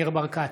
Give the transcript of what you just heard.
ניר ברקת,